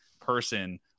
person